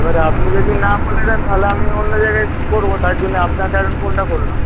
এবারে আপনি যদি না বলে দেন তাহলে আমি অন্য জায়গায় করব তাই জন্য আপনাকে আগে ফোনটা করলাম